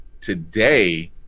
today